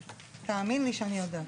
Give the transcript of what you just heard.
תאמין לי שאני יודעת,